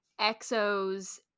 EXO's